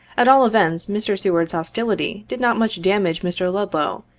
at all events, mr. seward's hostility did not much damage mr. ludlow,